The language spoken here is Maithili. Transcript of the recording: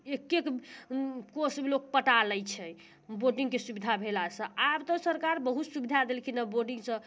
एक एक कोस लोक पटा लै छै बोर्डिंगके सुविधा भेलासँ आब तऽ सरकार बहुत सुविधा देलखिनहँ बोर्डिंगसँ